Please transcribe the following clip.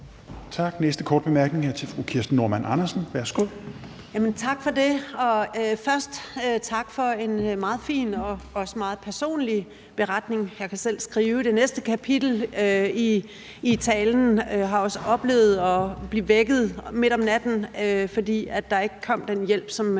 Andersen. Værsgo. Kl. 16:33 Kirsten Normann Andersen (SF): Tak for det. Først tak for en meget fin og også meget personlig beretning. Jeg kan selv skrive det næste kapitel i talen og har også oplevet at blive vækket midt om natten, fordi der ikke kom den hjælp, som